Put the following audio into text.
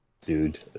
Dude